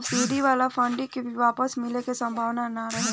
subsidy वाला funding के भी वापस मिले के सम्भावना ना रहेला